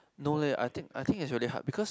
no leh I think I think it's really hard because